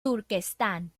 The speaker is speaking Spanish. turquestán